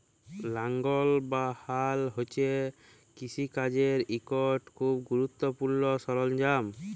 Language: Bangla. লাঙ্গল বা হাল হছে কিষিকাজের ইকট খুব গুরুত্তপুর্ল সরল্জাম